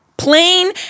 Plain